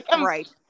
Right